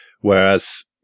Whereas